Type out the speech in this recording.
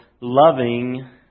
loving